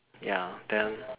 ya then